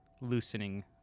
loosening